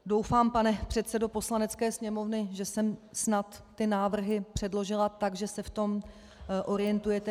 Doufám, pane předsedo Poslanecké sněmovny, že jsem snad ty návrhy předložila tak, že se v tom orientujete.